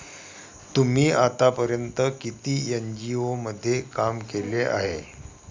तुम्ही आतापर्यंत किती एन.जी.ओ मध्ये काम केले आहे?